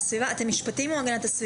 המשרדים.